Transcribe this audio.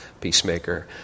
peacemaker